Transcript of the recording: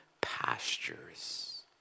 pastures